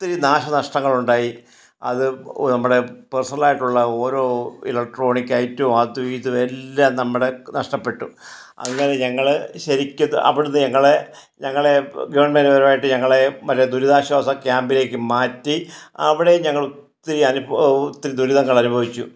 ഒത്തിരി നാശനഷ്ടങ്ങളുണ്ടായി അത് നമ്മുടെ പേഴ്സണൽ ആയിട്ടുള്ള ഓരോ ഇലക്ട്രോണിക് ഐറ്റവും അതും ഇതും എല്ലാം നമ്മുടെ നഷ്ടപ്പെട്ടു അങ്ങനെ ഞങ്ങൾ ശരിക്കും അവിടെ നിന്ന് ഞങ്ങളെ ഞങ്ങളെ ഗവർമെൻറ് പരമായിട്ട് ഞങ്ങളെ മറ്റേ ദുരിതാശ്വാസ ക്യാമ്പിലേക്ക് മാറ്റി അവിടെയും ഞങ്ങൾ ഒത്തിരി അനുഭവങ്ങ ഒത്തിരി ദുരിതങ്ങൾ അനുഭവിച്ചു